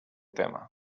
tema